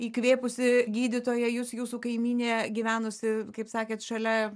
įkvėpusi gydytoja jus jūsų kaimynė gyvenusi kaip sakėt šalia